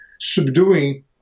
subduing